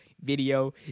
video